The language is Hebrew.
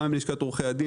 גם עם לשכת עורכי הדין,